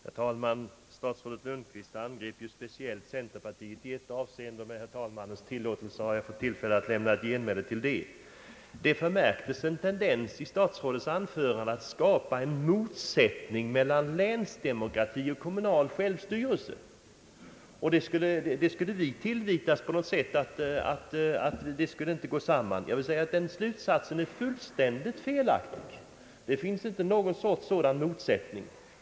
Herr talman! Herr statsrådet Lundkvist angrep speciellt centerpartiet i ett avseende, och med herr talmannens tillåtelse har jag fått tillfälle att lämna ett genmäle. Det förmärktes en tendens i herr statsrådets anförande att skapa en motsättning mellan länsdemokrati och kommunal självstyrelse och att skylla på oss för att det hela inte skulle gå ihop. Jag vill säga att den slutsatsen är fullständigt felaktig. Det finns inte någon sådan motsättning.